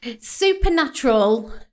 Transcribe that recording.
supernatural